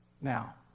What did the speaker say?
now